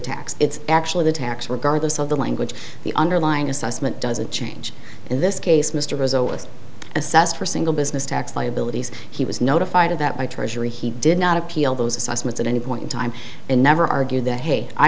tax it's actually the tax regardless of the language the underlying assessment doesn't change in this case mr rizzo is assessed for single business tax liabilities he was notified of that by treasury he did not appeal those assessments at any point in time and never argue that hey i